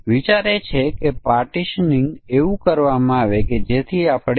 તેથી આ કાર્યનું પરિમાણ ડિપોઝિટ અવધિ હશે અને આઉટપુટ ડિપોઝિટ રેટ હશે